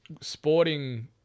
sporting